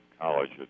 college